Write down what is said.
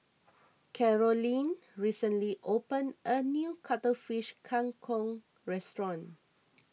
Carolyne recently opened a new Cuttlefish Kang Kong restaurant